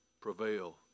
prevail